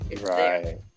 Right